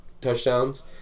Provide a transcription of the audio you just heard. touchdowns